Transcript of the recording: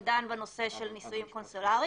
אכן בית המשפט העליון דן בנושא של נישואים קונסולריים